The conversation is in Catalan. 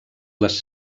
les